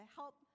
help